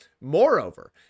Moreover